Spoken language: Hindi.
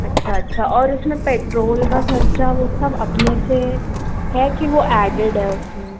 अच्छा अच्छा और इसमें पेट्रोल का खर्चा वो सब अपने से है कि वो ऐडेड है उसमें